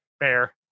fair